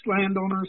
landowners